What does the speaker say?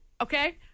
okay